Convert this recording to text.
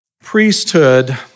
priesthood